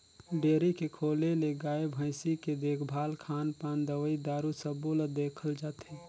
dairy के खोले ले गाय, भइसी के देखभाल, खान पान, दवई दारू सबो ल देखल जाथे